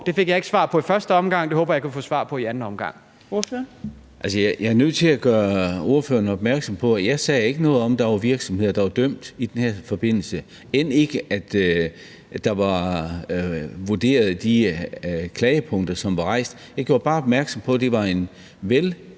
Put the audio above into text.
(Trine Torp): Ordføreren. Kl. 18:56 Orla Hav (S): Jeg er nødt til at gøre ordføreren opmærksom på, at jeg ikke sagde noget om, at der var virksomheder, der var dømt i den her forbindelse, og end ikke, at der var vurderet de klagepunkter, som var rejst. Jeg gjorde bare opmærksom på, at det er en